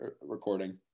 recording